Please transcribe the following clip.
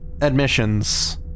admissions